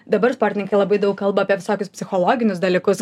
dabar sportininkai labai daug kalba apie visokius psichologinius dalykus